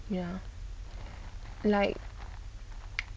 ya like